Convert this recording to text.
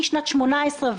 משנת 2018,